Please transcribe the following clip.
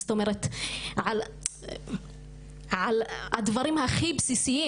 זאת אומרת על הדברים הכי בסיסיים,